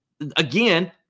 again